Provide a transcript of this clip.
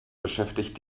beschäftigt